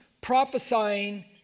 prophesying